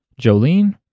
Jolene